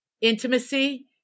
intimacy